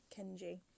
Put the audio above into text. Kenji